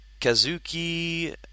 Kazuki